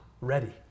ready